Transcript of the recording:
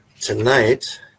tonight